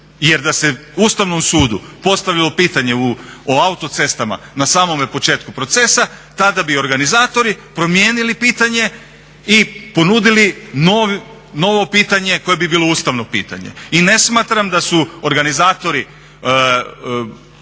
Jer da se Ustavno sudu postavilo pitanje o autocestama na samome početku procesa tada bi organizatori promijenili pitanje i ponudili novo pitanje koje bi bilo ustavno pitanje. I ne smatram da su organizatori